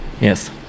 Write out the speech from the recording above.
Yes